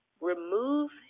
Remove